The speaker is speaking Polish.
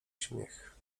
śmiech